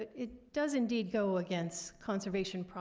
it does indeed go against conservation